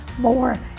more